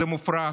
זה מופרך,